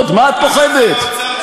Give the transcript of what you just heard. אז תני לו לעבוד, מה את פוחדת?